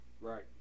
Right